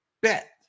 bet